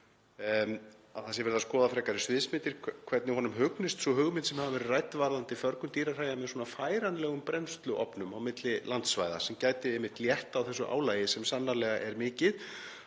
það sé verið að skoða frekari sviðsmyndir, hvernig honum hugnist sú hugmynd sem hefur verið rædd varðandi förgun dýrahræja með færanlegum brennsluofnum milli landsvæða sem gæti einmitt létt á þessu álagi sem sannarlega er mikið.